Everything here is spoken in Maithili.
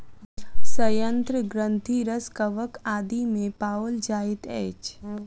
सयंत्र ग्रंथिरस कवक आदि मे पाओल जाइत अछि